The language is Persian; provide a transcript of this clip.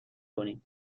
کنید